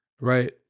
Right